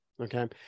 okay